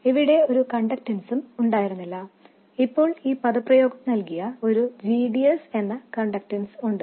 ഇവിടെ ഒരു കണ്ടക്റ്റൻസും ഉണ്ടായിരുന്നില്ല ഇപ്പോൾ ഈ എക്സ്പ്രെഷൻ നൽകിയ ഒരു g d s എന്ന കണ്ടക്റ്റൻസ് ഉണ്ട്